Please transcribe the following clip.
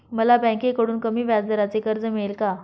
मला बँकेकडून कमी व्याजदराचे कर्ज मिळेल का?